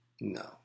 No